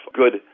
good